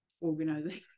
organizing